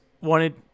wanted